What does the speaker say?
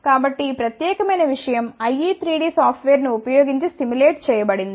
కాబట్టి ఈ ప్రత్యేకమైన విషయం IE3D సాఫ్ట్వేర్ను ఉపయోగించి సిములేట్ చేయబడింది